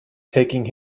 taking